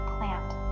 Plant